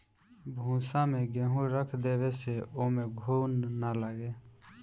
भूसा में गेंहू रख देवे से ओमे घुन ना लागे